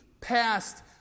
past